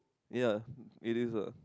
ya it is a